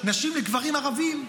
נשים לגברים ערבים,